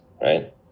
right